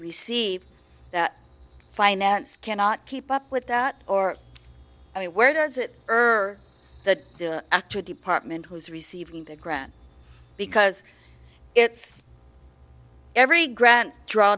receive that finance cannot keep up with that or i mean where does it earlier the actor department who is receiving the grant because it's every grant draw